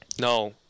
No